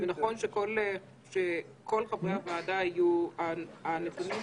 לכן נכון שכל חברי הוועדה יפקחו על הנתונים.